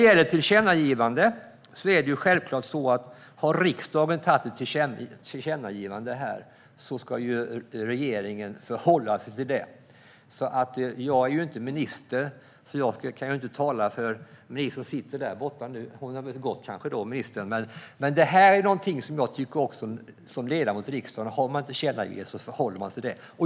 Om riksdagen har gjort ett tillkännagivande ska regeringen självfallet förhålla sig till det. Jag är inte minister, så jag kan inte tala för regeringen. Som ledamot av riksdagen tycker jag att detta är viktigt: Om riksdagen har gjort ett tillkännagivande ska regeringen förhålla sig till det.